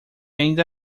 ainda